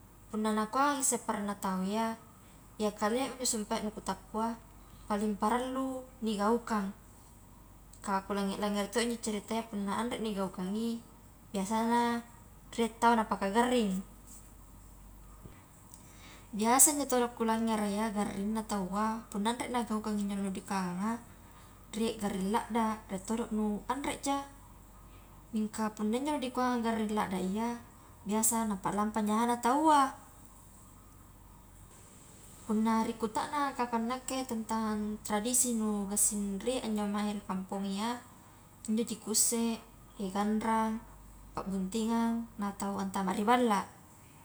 Punna nakuangi isse paranna tau iya, iya kalemi injo sumpae nu kutappua paling parallu ni gaukang kah kulange-langere to injo carita iya punna anre ni gaukkangi, biasana rie tau napaka garring, biasa njo todo kulangere iya garringna taua punna anre nagaukangi injo nu dikuanganga, rie garring ladda, rie todo nu anreja, mingka punna injo nikua garring ladda iya biasa na palamapa nyahanna taua, punna ri kutananga kapang nakke tentang tradisi nu gassing rie injo mae rikamponga iya injoji kusse ganrang, pabuntingang na tau antama ri balla.